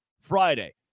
Friday